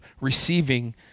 receiving